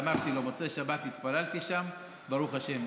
אמרתי לו: מוצאי שבת התפללתי שם, ברוך השם.